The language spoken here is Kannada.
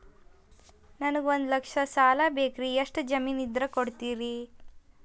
ನನಗೆ ಒಂದು ಲಕ್ಷ ಸಾಲ ಬೇಕ್ರಿ ಎಷ್ಟು ಜಮೇನ್ ಇದ್ರ ಕೊಡ್ತೇರಿ?